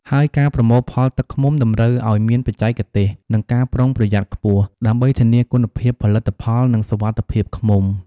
ហើយការប្រមូលផលទឹកឃ្មុំតម្រូវឲ្យមានបច្ចេកទេស និងការប្រុងប្រយ័ត្នខ្ពស់ ដើម្បីធានាគុណភាពផលិតផល និងសុវត្ថិភាពឃ្មុំ។